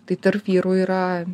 tai tarp vyrų yra